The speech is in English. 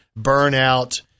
burnout